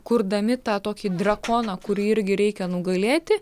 kurdami tą tokį drakoną kurį irgi reikia nugalėti